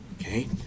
Okay